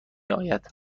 آید